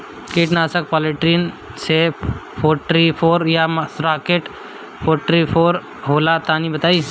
कीटनाशक Polytrin C forty four या Rocket forty four होला तनि बताई?